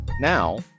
Now